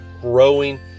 growing